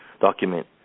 document